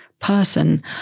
person